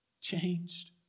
changed